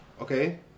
okay